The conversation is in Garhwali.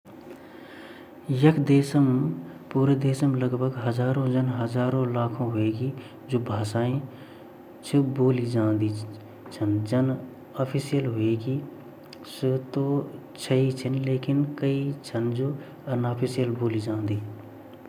संसार मा ता भोत छिन भाषा लगभग हज़ार से ज़्यदा वेला पर जब हमा भारत मा ही 28 से ज़्यादा भाषा छिन अर हर कदम-कदम पर भाषा चेंज वोनी मैन-मैन हिंदी ची संस्कृत ची इंग्लिश छिन अर उर्दू छिन चीनी ची यु सब भाषा मैन-मैन मा ए जांदी।